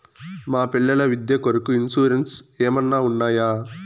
మా పిల్లల విద్య కొరకు ఇన్సూరెన్సు ఏమన్నా ఉన్నాయా?